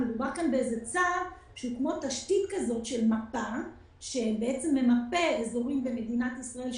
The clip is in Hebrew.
מדובר כאן באיזה צו שהוא כמו תשתית של מפה שממפה אזורים במדינת ישראל.